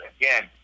again